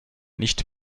nicht